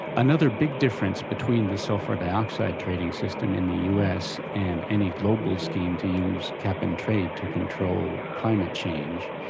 another big difference between the sulphur dioxide trading system in the us and any global scheme to use cap and trade to control climate change,